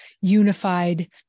unified